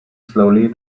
slowly